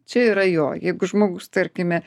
čia yra jo jeigu žmogus tarkime